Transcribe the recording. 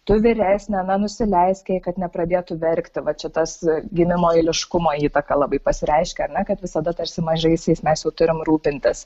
tu vyresnė na nusileisk jai kad nepradėtų verkti va čia tas gimimo eiliškumo įtaka labai pasireiškia ar ne kad visada tarsi mažaisiais mes jau turim rūpintis